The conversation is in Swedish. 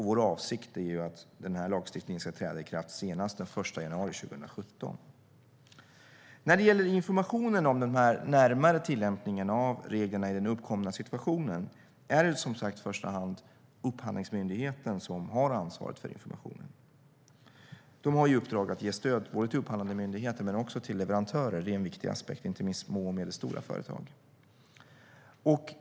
Vår avsikt är att lagstiftningen ska träda i kraft senast den 1 januari 2017. När det gäller informationen om den närmare tillämpningen av reglerna i den uppkomna situationen är det som sagt i första hand Upphandlingsmyndigheten som har ansvaret för informationen. Den har i uppdrag att ge stöd både till upphandlande myndigheter och till leverantörer, vilket är en viktig aspekt. Det gäller inte minst små och medelstora företag.